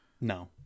No